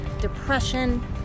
depression